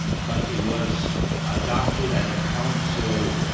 but it was adopted at a council